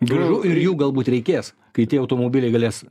gražu ir jų galbūt reikės kai tie automobiliai galės